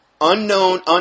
unknown